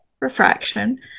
refraction